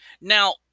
Now